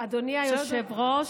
אדוני היושב-ראש,